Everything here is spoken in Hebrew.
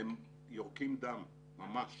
הם יורקים דם ממש